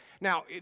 Now